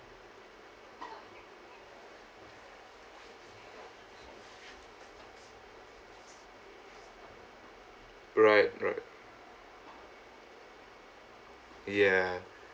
right right ya